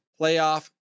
playoff